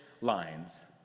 lines